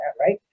right